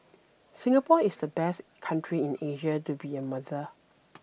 Singapore is the best country in Asia to be a mother